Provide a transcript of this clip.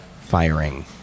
firing